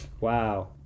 Wow